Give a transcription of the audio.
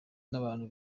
nabantu